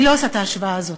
אני לא עושה את ההשוואה הזאת.